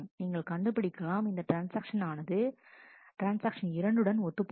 நீங்கள் கண்டுபிடிக்கலாம் இந்த ட்ரான்ஸ்ஆக்ஷன் ஆனது ட்ரான்ஸ்ஆக்ஷன் இரண்டுடன் ஒத்துப்போகிறது